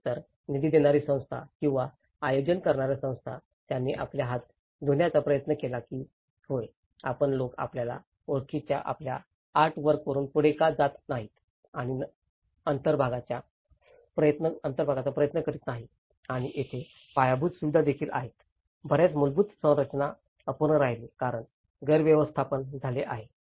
एकतर निधी देणारी संस्था किंवा आयोजन करणार्या संस्था त्यांनी आपले हात धुण्याचा प्रयत्न केला की होय आपण लोक आपल्या ओळखीच्या आपल्या आर्टवर्क वरुन पुढे का जात नाहीत आणि अंतर भरण्याचा प्रयत्न करीत नाही आणि तेथे पायाभूत सुविधादेखील आहेत बर्याच मूलभूत संरचना अपूर्ण राहिले कारण गैरव्यवस्थापन झाले आहेत